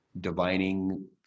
divining